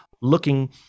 looking